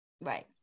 right